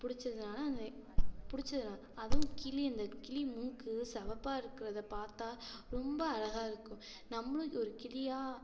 பிடிச்சதனால அது பிடிச்சதுனா அதுவும் கிளி அந்தக் கிளி மூக்கு சிவப்பா இருக்கிறத பார்த்தா ரொம்ப அழகாக இருக்கும் நம்மளும் ஒரு கிளியா